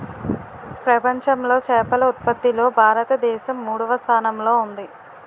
ప్రపంచంలో చేపల ఉత్పత్తిలో భారతదేశం మూడవ స్థానంలో ఉంది